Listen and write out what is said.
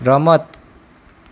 રમત